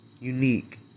unique